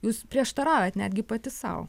jūs prieštaraujat netgi pati sau